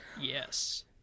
Yes